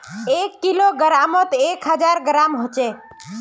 एक किलोग्रमोत एक हजार ग्राम होचे